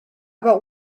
about